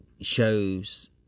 shows